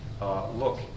look